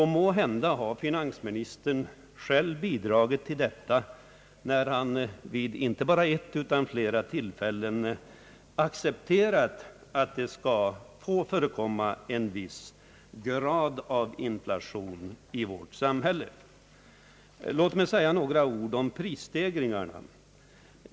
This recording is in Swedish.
Måhända har finansministern själv bidragit till detta när han vid inte bara ett utan flera tillfällen förklarat sig acceptera att det skall få förekomma en viss grad av inflation i vårt samhälle. Låt mig så säga några ord om prisstegringarna.